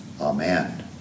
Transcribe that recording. amen